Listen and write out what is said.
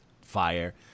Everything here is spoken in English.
fire